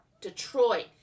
Detroit